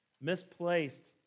Misplaced